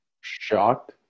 shocked